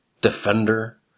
defender